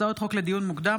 הצעות חוק לדיון מוקדם,